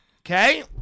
Okay